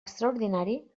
extraordinari